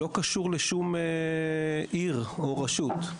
זה לא קשור לשום עיר או רשות.